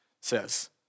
says